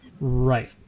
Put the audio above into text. Right